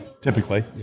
typically